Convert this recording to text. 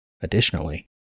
Additionally